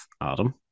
Adam